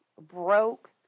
broke